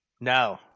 No